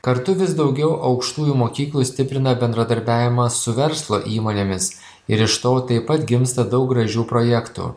kartu vis daugiau aukštųjų mokyklų stiprina bendradarbiavimą su verslo įmonėmis ir iš to taip pat gimsta daug gražių projektų